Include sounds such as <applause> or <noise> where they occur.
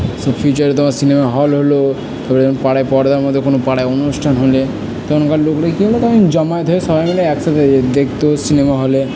সব ফিউচারে তো আবার সিনেমা হল হল তারপরে <unintelligible> পাড়ায় পর্দা <unintelligible> কোনও পাড়ায় অনুষ্ঠান হলে তখনকার লোকরা কী হতো তখন জামায়েত হয়ে সবাই মিলে একসাথে দেখতো সিনেমা হলে